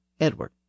Edward